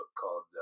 called